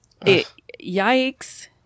yikes